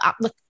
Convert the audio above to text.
look